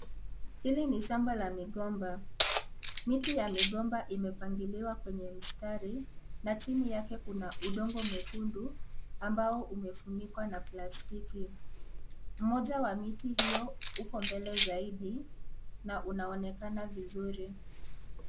Hili ni shamba la migomba. Miti ya migomba imepangiliwa kwa mstari na chini yake kuna udongo mwekundu ambao umefunikwa na plastiki. Moja ya miti hiyo iko mbele zaidi na unaonekana vizuri.